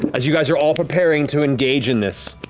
as you guys are all preparing to engage in this,